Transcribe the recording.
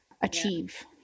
achieve